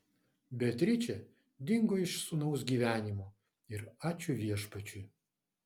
beatričė dingo iš sūnaus gyvenimo ir ačiū viešpačiui